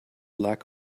lack